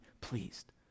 pleased